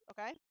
Okay